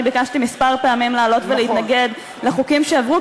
ביקשתי מספר פעמים לעלות ולהתנגד לחוקים שעברו,